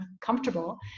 comfortable